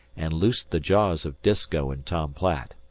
and loosed the jaws of disko and tom platt.